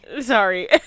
Sorry